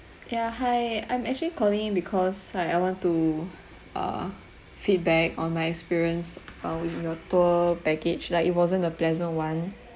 ya hi I'm actually calling because like I want to uh feedback on my experience uh with your tour package lah it wasn't a pleasant [one]